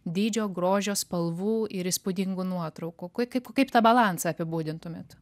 dydžio grožio spalvų ir įspūdingų nuotraukų kaip kaip tą balansą apibūdintumėt